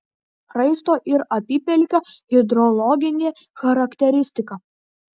raisto ir apypelkio hidrologinė charakteristika